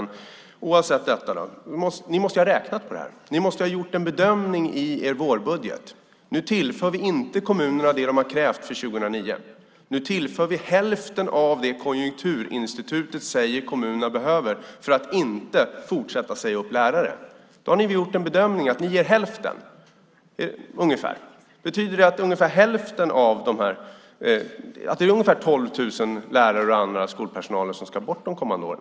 Oavsett hur det är med det måste ni väl ha räknat på detta. Ni måste väl ha gjort en bedömning i er vårbudget - nu tillför vi inte kommunerna det som de krävt för 2009, nu tillför vi hälften av det som Konjunkturinstitutet säger att kommunerna behöver för att inte fortsätta att säga upp lärare. Därmed har ni gjort en bedömning, nämligen att ni ger ungefär hälften. Betyder det att det är ungefär 12 000 lärare och annan skolpersonal som ska bort de kommande åren?